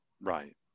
right